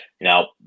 Now